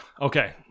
Okay